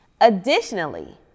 Additionally